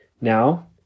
Now